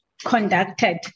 conducted